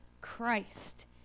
christ